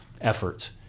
efforts